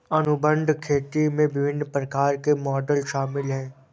अनुबंध खेती में विभिन्न प्रकार के मॉडल शामिल हैं